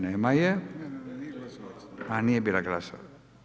Nema je. … [[Upadica se ne čuje.]] a nije bila Glasovac.